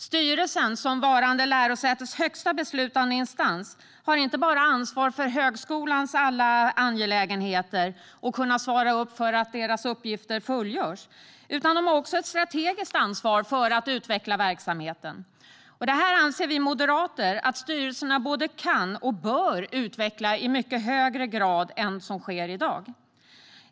Styrelsen som varande lärosätets högsta beslutande instans har inte bara ansvar för högskolans alla angelägenheter och för att dess uppgifter fullgörs; den har också ett strategiskt ansvar för att utveckla verksamheten. Detta anser vi moderater att styrelserna både kan och bör utveckla i mycket högre grad än vad som sker i dag.